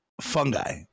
fungi